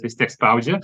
vis tiek spaudžia